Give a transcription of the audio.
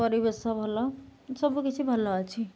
ପରିବେଶ ଭଲ ସବୁ କିିଛି ଭଲ ଅଛି